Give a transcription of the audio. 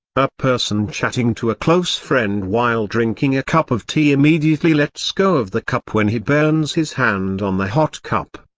a person chatting to a close friend while drinking a cup of tea immediately lets go of the cup when he burns his hand on the hot cup.